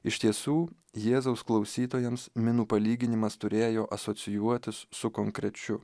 iš tiesų jėzaus klausytojams minų palyginimas turėjo asocijuotis su konkrečiu